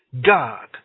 God